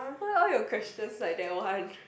why all your questions like that one